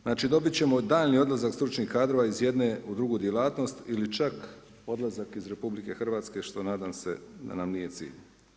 Znači dobit ćemo daljnji odlazak stručnih kadrova iz jedne u drugu djelatnost ili čak odlazak iz RH što nadam se da nam nije cilj.